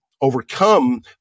overcome